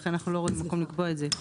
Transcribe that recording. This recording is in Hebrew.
ולכן אנחנו לא רואים מקום לקבוע את זה.